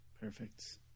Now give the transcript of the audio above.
Perfect